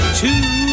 two